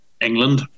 England